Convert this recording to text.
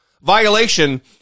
violation